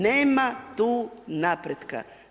Nema tu napretka.